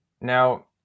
Now